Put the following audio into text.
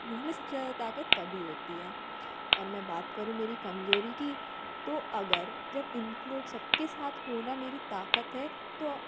मुझ में सब से ज़्यादा ताक़त तभी होती है और मैं बात करूँ मेरी कमज़ोरी की तो अगर जब इन लोग सब के साथ होना मेरी ताक़त है तो